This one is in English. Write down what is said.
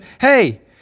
hey